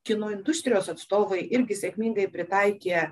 kino industrijos atstovai irgi sėkmingai pritaikė